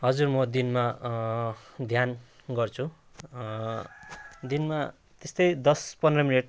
हजुर म दिनमा ध्यान गर्छु दिनमा त्यस्तै दस पन्ध्र मिनट